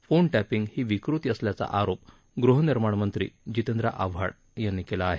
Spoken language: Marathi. फोन टॅपिंग ही विकृती असल्याचा आरोप गृहनिर्माण मंत्री जितेंद्र आव्हाड यांनी केलं आहे